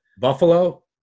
Buffalo